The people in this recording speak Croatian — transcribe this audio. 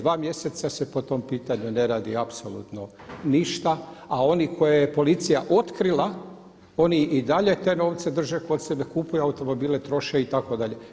Dva mjeseca se po tom pitanju ne radi apsolutno ništa, a oni koje je policija otkrila oni i dalje te novce drže kod sebe, kupuju automobile, troše itd.